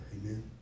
Amen